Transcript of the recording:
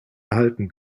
erhalten